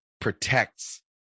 protects